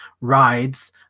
rides